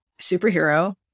superhero